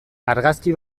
argazki